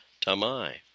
tamai